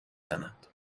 زند